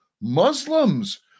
Muslims